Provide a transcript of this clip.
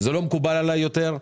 לא מקובל עליי יותר.